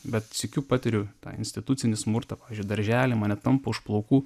bet sykiu patiriu tą institucinį smurtą pavyzdžiui daržely mane tampo už plaukų